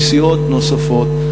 מסיעות נוספות,